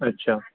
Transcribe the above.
अच्छा